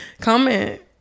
comment